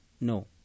No